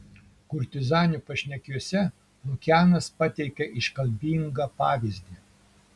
kurtizanių pašnekesiuose lukianas pateikia iškalbingą pavyzdį